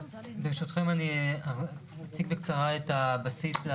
ברשותכם, אני אציג בקצרה את הבקשה של